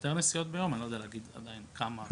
ליותר נסיעות ביום, אני לא יודע להגיד עדיין כמה.